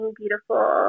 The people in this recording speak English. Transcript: beautiful